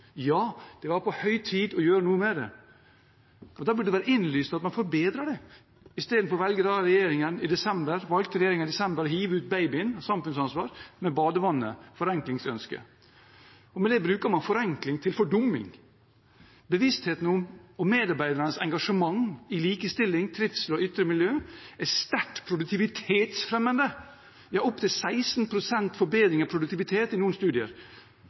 Ja, det var på høy tid å gjøre noe med det. Da burde det være innlysende at man forbedret det. I stedet valgte regjeringen i desember å hive ut babyen, samfunnsansvaret, med badevannet, forenklingsønsket. Med det bruker man forenkling til fordumming. Bevisstheten om og medarbeidernes engasjement i likestilling, trivsel og ytre miljø er sterkt produktivitetsfremmende. Det er opptil 16 pst. forbedring av produktivitet i noen studier.